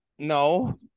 No